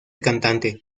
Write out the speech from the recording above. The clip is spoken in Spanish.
cantante